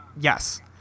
Yes